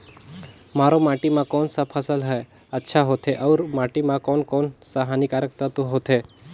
मारू माटी मां कोन सा फसल ह अच्छा होथे अउर माटी म कोन कोन स हानिकारक तत्व होथे?